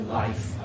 life